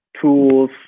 tools